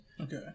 Okay